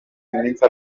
iminsi